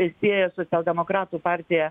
sieja socialdemokratų partiją